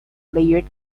layered